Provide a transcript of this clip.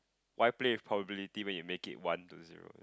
why play with probability when you make it one to zero